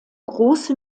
große